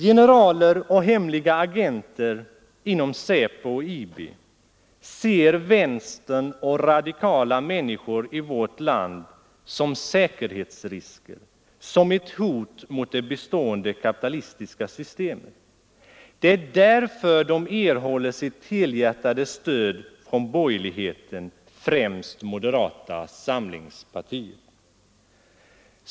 Generaler och hemliga agenter inom SÄPO och IB ser vänstern och radikala människor i vårt land som säkerhetsrisker, som ett hot mot det bestående kapitalistiska systemet. Det är därför de erhåller helhjärtat stöd från borgerligheten, främst moderata samlingspartiet.